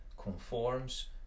conforms